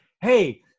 hey